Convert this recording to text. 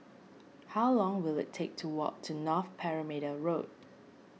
how long will it take to walk to North Perimeter Road